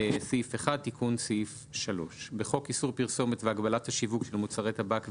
1. תיקון סעיף 3. בחוק איסור פרסומת והגבלת השיווק של מוצרי טבק ועישון,